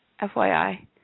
FYI